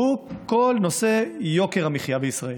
והוא כל נושא יוקר המחיה בישראל,